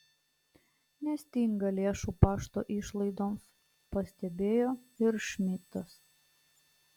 nestinga lėšų pašto išlaidoms pastebėjo ir šmidtas